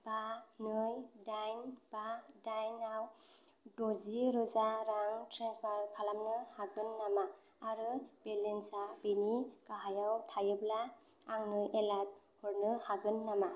बा नै दाइन बा दाइनआव द'जि रोजा रां ट्रेन्सफार खालामनो हागोन नामा आरो बेलेन्सा बेनि गाहायाव थाङोब्ला आंनो एलार्ट हरनो हागोन नामा